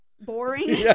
Boring